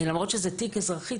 למרות שזה תיק אזרחי,